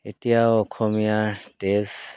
এতিয়াও অসমীয়াৰ তেজ